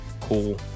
cool